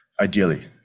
ideally